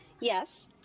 Yes